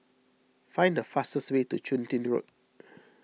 find the fastest way to Chun Tin Road